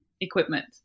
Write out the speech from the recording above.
equipment